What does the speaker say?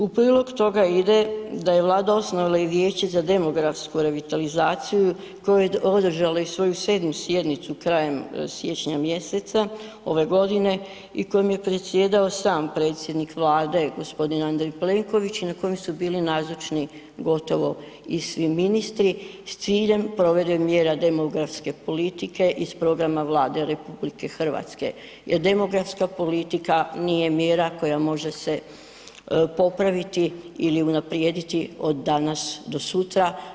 U prilog toga ide da je Vlada osnovala i vijeće za demografsku revitalizaciju koje je održalo i svoju 7. sjednicu krajem siječnja mjeseca ove godine i kojem je predsjedao sam predsjednik Vlade gospodin Andrej Plenković i na kojem su bili nazočni gotovo i svi ministri s ciljem provedbe mjera demografske politike iz programa Vlade RH jer demografska politika nije mjera koja može se popraviti ili unaprijediti od danas do sutra.